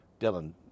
Dylan